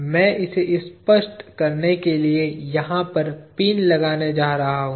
मैं इसे स्पष्ट करने के लिए यहाँ पर पिन लगाने जा रहा हूँ